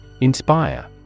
Inspire